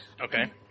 Okay